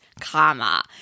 karma